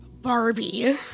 Barbie